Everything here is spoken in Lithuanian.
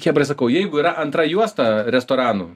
chebrai sakau jeigu yra antra juosta restoranų